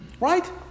Right